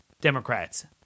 Democrats